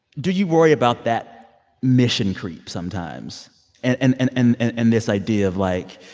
do you worry about that mission creep sometimes and and and and and and this idea of like,